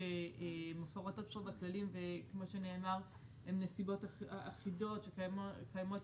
שמפורטות פה בכללים וכמו שנאמר הן נסיבות אחידות שקיימות